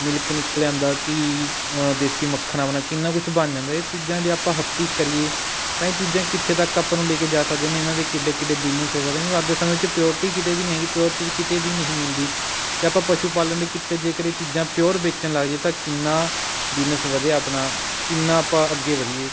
milk ਨਿਕਲ ਆਂਉਂਦਾ ਘੀ ਦੇਸੀ ਮੱਖਣ ਆਪਣਾ ਕਿੰਨਾ ਕੁਛ ਬਣ ਜਾਂਦਾ ਇਹ ਚੀਜ਼ਾਂ ਜੇ ਆਪਾਂ ਹੱਥੀਂ ਕਰੀਏ ਤਾਂ ਇਹ ਚੀਜ਼ਾਂ ਕਿੱਥੇ ਤੱਕ ਆਪਾਂ ਨੂੰ ਲੈ ਕੇ ਜਾ ਸਕਦੀਆਂ ਨੇ ਇਹਨਾਂ ਦੇ ਕਿੱਡੇ ਕਿੱਡੇ ਬਿਜਨਸ ਹੋ ਸਕਦੇ ਨੇ ਕਿਉਂਕਿ ਅੱਜ ਦੇ ਸਮੇਂ ਵਿੱਚ ਪੇਓਰਟੀ ਕਿਤੇ ਵੀ ਨਹੀਂ ਹੈਗੀ ਪੇਓਰ ਚੀਜ਼ ਕਿਤੇ ਵੀ ਨਹੀਂ ਮਿਲਦੀ ਤਾਂ ਆਪਾਂ ਪਸ਼ੂ ਪਾਲਣ ਦੇ ਕਿੱਤੇ 'ਚ ਜੇਕਰ ਇਹ ਚੀਜ਼ਾਂ ਪੇਓਰ ਵੇਚਣ ਲੱਗ ਜਾਈਏ ਤਾਂ ਕਿੰਨਾ ਬਿਜਨਸ ਵਧਿਆ ਆਪਣਾ ਕਿੰਨਾ ਆਪਾਂ ਅੱਗੇ ਵਧੀਏ